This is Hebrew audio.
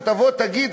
לבוא ולהגיד,